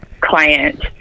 client